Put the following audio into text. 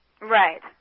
Right